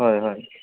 হয় হয়